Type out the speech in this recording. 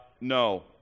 No